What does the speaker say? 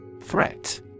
Threat